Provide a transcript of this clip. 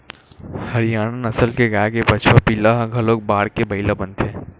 हरियाना नसल के गाय के बछवा पिला ह घलोक बाड़के बइला बनथे